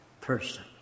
person